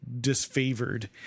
disfavored